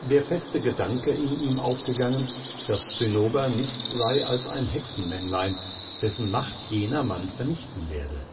der feste gedanke in ihm aufgegangen daß zinnober nichts sei als ein hexenmännlein dessen macht jener mann vernichten werde